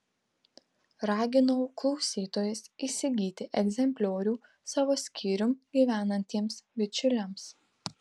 raginau klausytojus įsigyti egzempliorių savo skyrium gyvenantiems bičiuliams